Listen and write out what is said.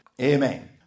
Amen